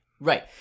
right